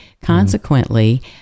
Consequently